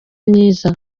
myiza